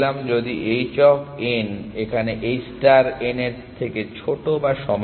যদি h of n এখানে h star n এর থেকে ছোট বা সমান হয়